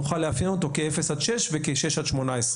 נוכל לאפיין אותו כאפס עד שש וכשש עד 18,